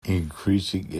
increasing